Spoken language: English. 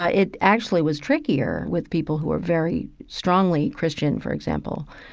ah it actually was trickier with people who are very strongly christian, for example,